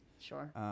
Sure